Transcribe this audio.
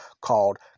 called